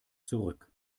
zurück